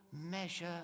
measure